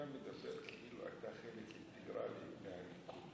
אתה מדבר כאילו אתה חלק אינטגרלי מהליכוד.